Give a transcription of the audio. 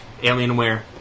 Alienware